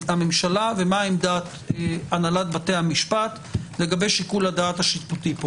הממשלה ומה עמדת הנהלת בתי המשפט לגבי שיקול הדעת השיפוטי פה?